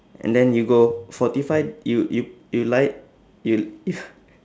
and then you go forty five you you you line you